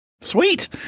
sweet